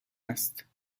است